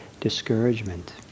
discouragement